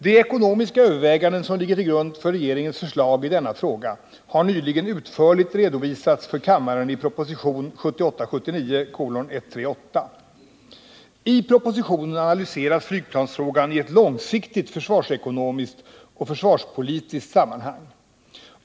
De ekonomiska överväganden som ligger till grund för regeringens förslag i denna fråga har nyligen utförligt redovisats för kammaren i propositionen 1978/79:138. I propositionen analyseras flygplansfrågan i ett långsiktigt försvarsekonomiskt och försvarspolitiskt sammanhang.